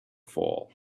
fall